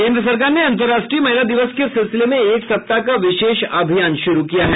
केन्द्र सरकार ने अंतर्राष्ट्रीय महिला दिवस के सिलसिले में एक सप्ताह का विशेष अभियान शुरू किया है